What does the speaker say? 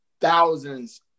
thousands